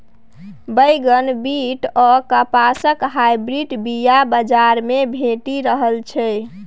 बैगन, बीट आ कपासक हाइब्रिड बीया बजार मे भेटि रहल छै